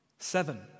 Seven